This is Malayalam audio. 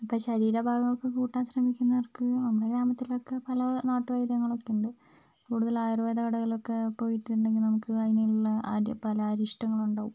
ഇപ്പോൾ ശരീരഭാഗം ഒക്കെ കൂട്ടാൻ ശ്രമിക്കുന്നവർക്ക് നമ്മുടെ ഗ്രാമത്തിൽ ഒക്കെ പല നാട്ടുവൈദ്യങ്ങളൊക്കെയുണ്ട് കൂടുതൽ ആയുർവേദ കടകളിലൊക്കെ പോയിട്ടുണ്ടെങ്കിൽ നമുക്ക് അതിനുള്ള പല അരിഷ്ടങ്ങൾ ഉണ്ടാവും